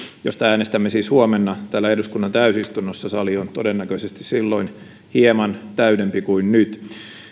josta äänestämme siis huomenna täällä eduskunnan täysistunnossa sali on todennäköisesti silloin hieman täydempi kuin nyt